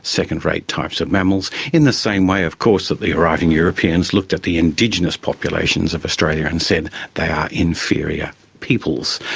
second-rate types of mammals, in the same way of course that the arriving europeans looked at the indigenous populations of australia and said they are inferior peoples.